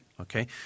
Okay